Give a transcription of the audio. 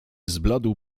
zbladł